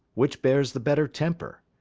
which beares the better temper,